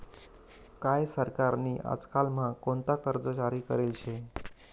काय सरकार नी आजकाल म्हा कोणता कर्ज जारी करेल शे